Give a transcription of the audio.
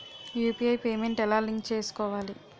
UPI payment ఎలా link చేసుకోవాలి?